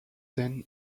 then